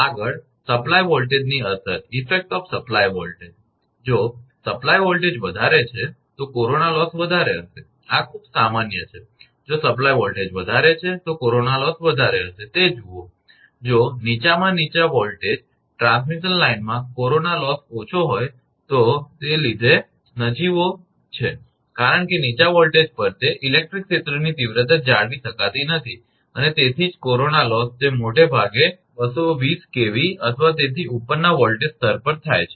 આગળ સપ્લાય વોલ્ટેજની અસર જો સપ્લાય વોલ્ટેજ વધારે છે તો કોરોના લોસ વધારે હશે આ ખૂબ સામાન્ય છે જો સપ્લાય વોલ્ટેજ વધારે છે તો કોરોના લોસ વધારે હશે તે જુઓ જો નિમ્નનીચામાં નીચા વોલ્ટેજ ટ્રાન્સમિશન લાઇનમાં કોરોના લોસ ઓછો હોય તો આત્મનિર્ભર આયનીકરણ જાળવવા માટેના અપૂરતા ઇલેક્ટ્રિક ક્ષેત્રને લીધે તે નજીવો છે કારણ કે નીચા વોલ્ટેજ પર તે ઇલેક્ટ્રિક ક્ષેત્રની તીવ્રતા જાળવી શકાતી નથી તેથી જ કોરોના લોસ તે મોટે ભાગે 220 કેવી અથવા તેથી ઉપરના વોલ્ટેજ સ્તર પર થાય છે